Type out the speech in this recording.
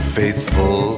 faithful